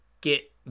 get